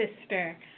sister